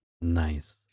Nice